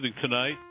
tonight